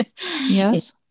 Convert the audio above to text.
Yes